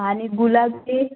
आणि गुलाबचीच